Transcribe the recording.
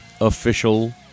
official